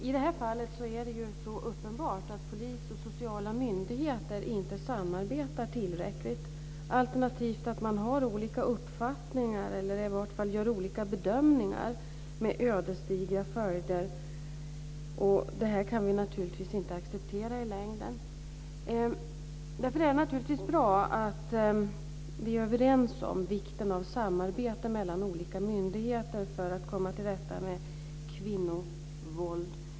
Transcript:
I det här fallet är det ju så uppenbart att polis och sociala myndigheter inte samarbetar tillräckligt, alternativt att man har olika uppfattningar eller i varje fall gör olika bedömningar med ödesdigra följder. Det här kan vi naturligtvis inte acceptera i längden. Därför är det naturligtvis bra att vi är överens om vikten av samarbete mellan olika myndigheter för att komma till rätta med kvinnovåld.